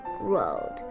road